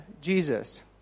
Jesus